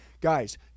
guys